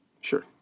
Sure